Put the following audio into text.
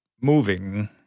moving